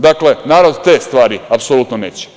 Dakle, narod te stvari apsolutno neće.